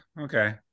okay